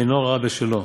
עינו רעה בשלו,